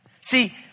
See